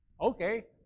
okay